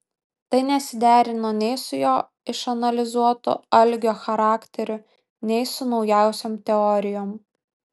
tai nesiderino nei su jo išanalizuotu algio charakteriu nei su naujausiom teorijom